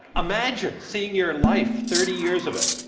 imagine seeing your life, thirty years of it,